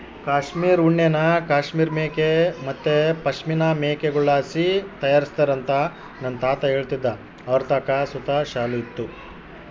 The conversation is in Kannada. ಕಾಶ್ಮೀರ್ ಉಣ್ಣೆನ ಕಾಶ್ಮೀರ್ ಮೇಕೆ ಮತ್ತೆ ಪಶ್ಮಿನಾ ಮೇಕೆಗುಳ್ಳಾಸಿ ತಯಾರಿಸ್ತಾರಂತ ನನ್ನ ತಾತ ಹೇಳ್ತಿದ್ದ ಅವರತಾಕ ಸುತ ಶಾಲು ಇತ್ತು